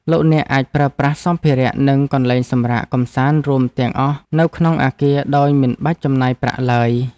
លោកអ្នកអាចប្រើប្រាស់សម្ភារនិងកន្លែងសម្រាកកម្សាន្តរួមទាំងអស់នៅក្នុងអគារដោយមិនបាច់ចំណាយប្រាក់ឡើយ។